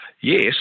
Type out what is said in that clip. yes